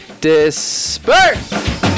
Disperse